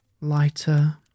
lighter